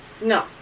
No